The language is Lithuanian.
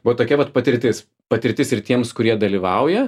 buvo tokia vat patirtis patirtis ir tiems kurie dalyvauja